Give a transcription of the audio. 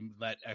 let